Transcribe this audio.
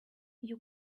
you